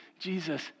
Jesus